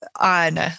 on